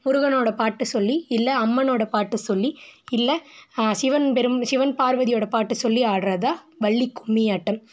முருகனோடய பாட்டுச் சொல்லி இல்லை அம்மனோடய பாட்டுச் சொல்லி இல்லை சிவன் பெரும் சிவன் பார்வதியோடய பாட்டுச் சொல்லி ஆடுறது தான் வள்ளி கும்மி ஆட்டம்